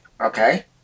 Okay